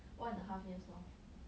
one and a half years lor